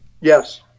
Yes